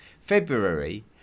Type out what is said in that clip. February